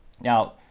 Now